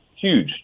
huge